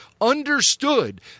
understood